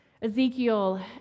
Ezekiel